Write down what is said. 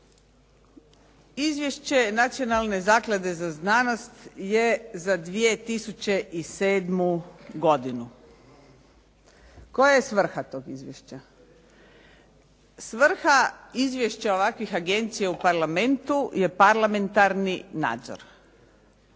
Izvješće Nacionalne zaklade za znanost je za 2007. godinu. Koja je svrha tog izvješća? Svrha izvješća ovakvih agencija u Parlamentu je parlamentarni nadzor.